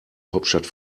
hauptstadt